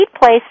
place